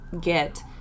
get